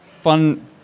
fun